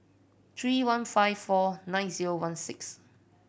three one five four nine zero one six